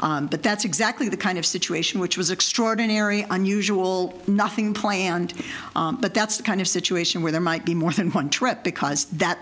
but that's exactly the kind of situation which was extraordinary unusual nothing planned but that's the kind of situation where there might be more than one trip because that